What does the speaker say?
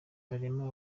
barimo